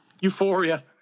Euphoria